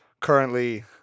currently